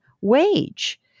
wage